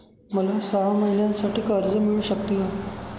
मला सहा महिन्यांसाठी कर्ज मिळू शकते का?